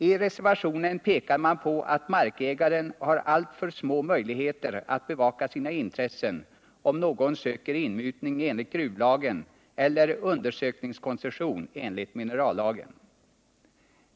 I reservationen av mineral m.m. pekar man på att markägaren har alltför små möjligheter att bevaka sina I intressen, om någon söker inmutning enligt gruvlagen eller undersökningskoncession enligt minerallagen.